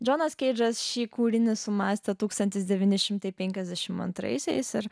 džonas keidžas šį kūrinį sumąstė tūkstantis devyni šimtai penkiasdešimt antraisiais ir